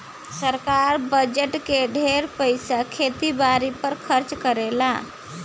सरकार बजट के ढेरे पईसा खेती बारी पर खर्चा करेले